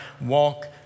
walk